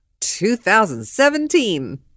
2017